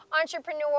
entrepreneur